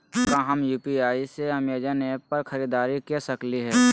का हम यू.पी.आई से अमेजन ऐप पर खरीदारी के सकली हई?